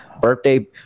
birthday